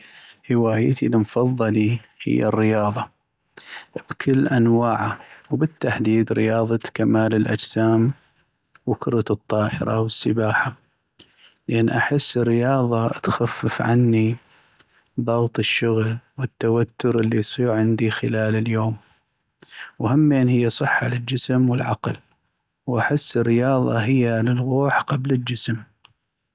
هوايتي المفضلي هي الرياضة بكل انواعه وبالتحديد رياضة كمال الأجسام و كرة الطائرة والسباحة ،لان احس الرياضة تخفف عني ضغط الشغل والتوتر اللي يصيغ عندي خلال اليوم ، وهمين هي صحة للجسم والعقل ، واحس الرياضة هي للغوح قبل الجسم.